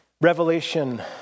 Revelation